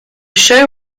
show